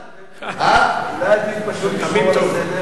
אולי עדיף פשוט לשמור על הסדר?